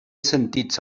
sentits